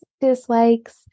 dislikes